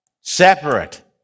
separate